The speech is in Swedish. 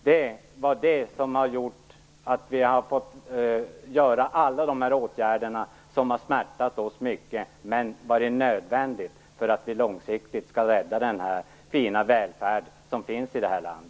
Det är det som har gjort att vi fått vidta alla dessa åtgärder som har smärtat oss mycket men som har varit nödvändiga för att vi långsiktigt skall kunna rädda den fina välfärd som finns i vårt land.